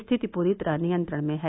स्थिति पूरी तरह नियंत्रण में है